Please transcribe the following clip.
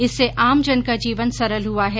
इससे आमजन का जीवन सरल हुआ है